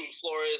Flores